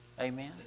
Amen